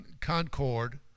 concord